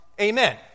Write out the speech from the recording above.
amen